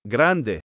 Grande